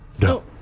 No